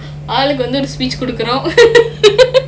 ஆளுக்கு வந்து ஒரு:aalukku vanthu oru speech குடுக்குறோம்:kudukurom